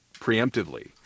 preemptively